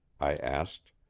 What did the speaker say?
i asked,